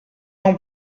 ans